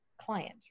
client